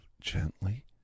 gently